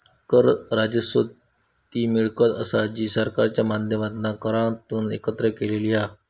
कर राजस्व ती मिळकत असा जी सरकारच्या माध्यमातना करांतून एकत्र केलेली हा